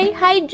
hi